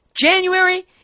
January